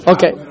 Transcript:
Okay